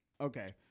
okay